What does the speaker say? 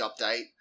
update